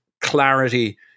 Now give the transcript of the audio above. clarity